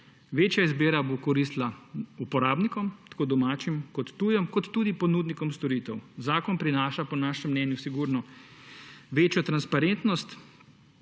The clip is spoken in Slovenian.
Večja izbira bo koristila uporabnikom, tako domačim kot tujim, kot tudi ponudnikom storitev. Zakon prinaša po našem mnenju sigurno večjo transparentnost,